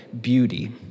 beauty